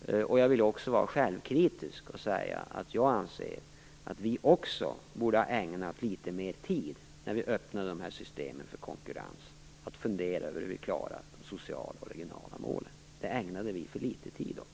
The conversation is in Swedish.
Jag vill också vara självkritisk och säga att jag anser att vi också borde ha ägnat litet mer tid åt att fundera över hur vi klarar de sociala och regionala målen när vi öppnar de här systemen för konkurrens. Vi ägnade för litet tid åt det.